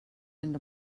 into